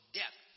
death